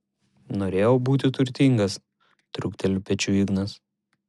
norėjau būti turtingas trūkteli pečiu ignas